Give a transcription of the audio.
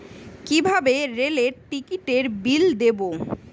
কিভাবে রেলের টিকিটের বিল দেবো?